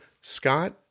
Scott